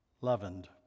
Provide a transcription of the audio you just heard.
leavened